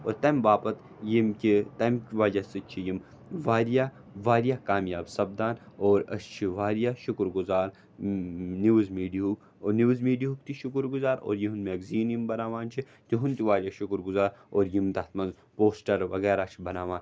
اور تَمہِ باپَتھ ییٚمہِ کہِ تَمِکۍ وَجہ سٟتۍ چھِ یِم واریاہ واریاہ کامِیاب سَپدان اور أسۍ چھِ واریاہ شُکُر گُزار نِیوُز میٖڈیہُک اور نِیوُز میٖڈیہُک تہِ شُکُر گُزار اور یِم میگزیٖن یِم بناوان چھِ تِہُنٛد تہِ واریاہ شُکُر گُزار اور یِم تَتھ منٛز پوسٹَر وغیرَہ چھِ بناوان